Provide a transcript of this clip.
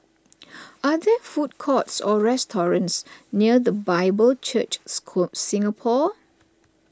are there food courts or restaurants near the Bible Church score Singapore